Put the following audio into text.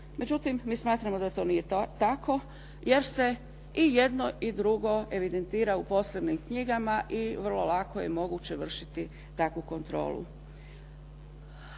Međutim, mi smatramo da to nije tako jer se i jedno i drugo evidentira u poslovnim knjigama i vrlo lako je moguće vršiti takvu kontrolu.